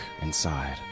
inside